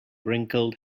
wrinkled